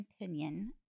opinion